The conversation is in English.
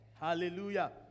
Hallelujah